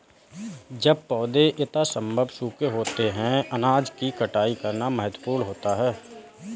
जब पौधे यथासंभव सूखे होते हैं अनाज की कटाई करना महत्वपूर्ण होता है